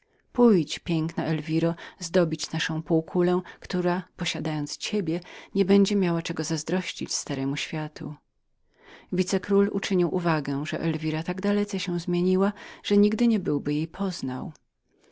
pójdź piękna elwiro zdobić nasze krainy które odtąd nie będą miały czego zazdrościć dumnej europie wice król uczynił uwagę że elwira tak dalece się zmieniła że nigdy nie byłby jej poznał